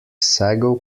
sago